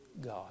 God